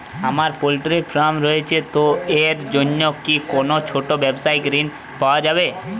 আমার poultry farm রয়েছে তো এর জন্য কি কোনো ছোটো ব্যাবসায়িক ঋণ পাওয়া যাবে?